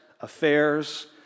affairs